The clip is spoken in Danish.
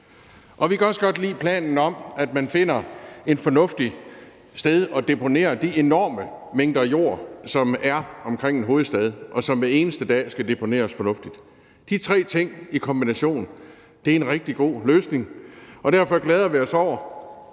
Og vi kan også godt lige planen om, at man finder et fornuftigt sted at deponere de enorme mængder jord, som der er omkring en hovedstad, og som hver eneste dag skal deponeres fornuftigt. De tre ting i kombination er en rigtig god løsning, og derfor glæder vi os over,